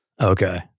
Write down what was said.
Okay